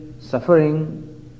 suffering